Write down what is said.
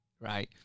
right